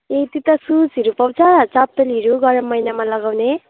ए त्यता सुसहरू पाउँछ चप्पलहरू गरम महिनामा लगाउने